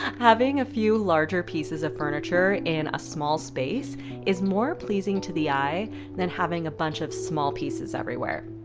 having a few larger pieces of furniture in a small space is more pleasing to the eye than having a bunch of small pieces everywhere.